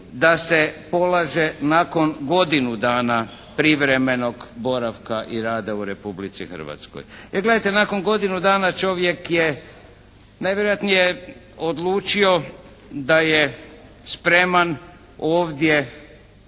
da se polaže nakon godinu dana privremenog boravka i rada u Republici Hrvatskoj. Jer gledajte, nakon godinu dana čovjek je najvjerojatnije odlučio da je spreman ovdje